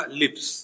lips